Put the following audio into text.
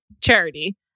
Charity